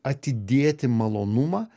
atidėti malonumą